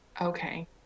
Okay